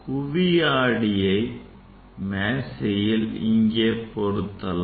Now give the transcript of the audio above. குவி ஆடியை மேசையில் இங்கே பொருத்தலாம்